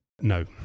No